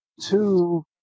two